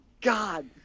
god